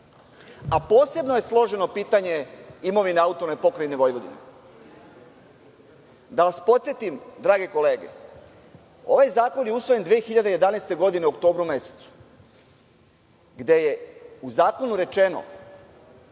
a posebno je složeno pitanje imovine AP Vojvodine. Da vas podsetim, drage kolege, ovaj zakon je usvojen 2011. godine u oktobru mesecu, gde je u zakonu rečeno